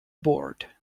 board